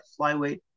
Flyweight